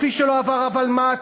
כפי שלא עבר הוותמ"ל,